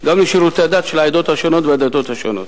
גם לשירותי הדת של העדות השונות והדתות השונות.